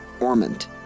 Ormond